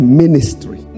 ministry